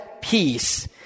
peace